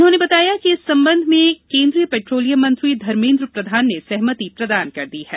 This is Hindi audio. उन्होंने बताया कि इस संबंध में केन्द्रीय पेट्रोलियम मंत्री धर्मेन्द्र प्रधान ने सहमति प्रदान कर दी है